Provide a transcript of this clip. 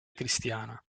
cristiana